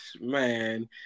man